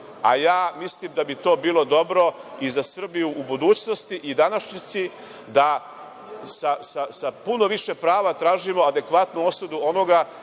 a mislim da bi to bilo dobro i za Srbiju u budućnosti i današnjici da sa puno više prava tražimo adekvatnu osudu ovoga